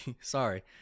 Sorry